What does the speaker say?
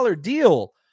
deal